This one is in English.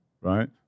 right